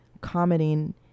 commenting